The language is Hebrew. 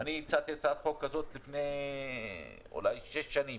אני הצעתי הצעת חוק כזו לפני אולי שש שנים